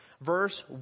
Verse